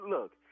Look